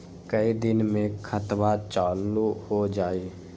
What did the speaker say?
कई दिन मे खतबा चालु हो जाई?